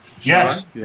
Yes